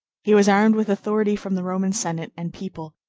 he was armed with authority from the roman senate and people,